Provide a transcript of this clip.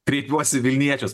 kreipiuosi į vilniečius